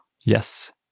Yes